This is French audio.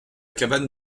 cabane